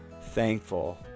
thankful